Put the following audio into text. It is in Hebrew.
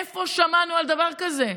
איפה שמענו על דבר כזה?